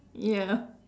ya